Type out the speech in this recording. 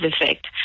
effect